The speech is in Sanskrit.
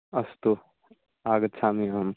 अस्तु आगच्छामि अहं